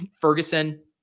Ferguson